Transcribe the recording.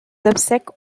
obsèques